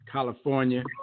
California